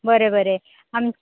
बरें बरें आम